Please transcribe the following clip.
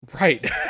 Right